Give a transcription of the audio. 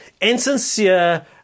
insincere